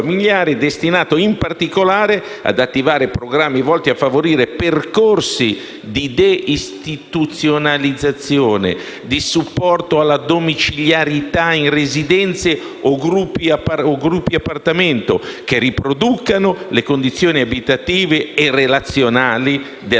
destinato in particolare ad attivare programmi volti a favorire percorsi di deistituzionalizzazione, di supporto alla domiciliarità in residenze o gruppi-appartamento che riproducano le condizioni abitative e relazionali della casa